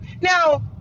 now